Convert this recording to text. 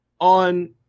on